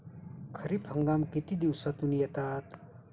खरीप हंगाम किती दिवसातून येतात?